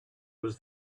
was